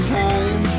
time